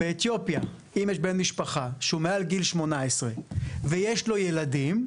באתיופיה אם יש בן משפחה שהוא מעל גיל 18 ויש לו ילדים,